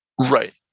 Right